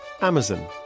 Amazon